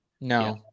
No